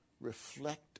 reflect